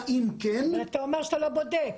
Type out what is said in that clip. אם כן-- אבל אתה אומר שאתה לא בודק.